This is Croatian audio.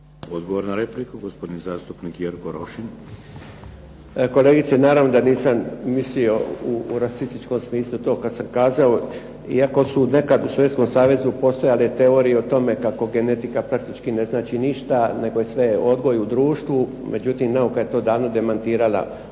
Odgovor na repliku, gospodin zastupnik Jerko Rošin. **Rošin, Jerko (HDZ)** Kolegice naravno da nisam mislio u rasističkom smislu to kad sam kazao iako su nekad u Sovjetskom savezu postojale teorije o tome kako genetika … /Govornik se ne razumije./… ne znači ništa nego je sve odgoj u društvu. Međutim, evo kad to … /Govornik se